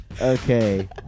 Okay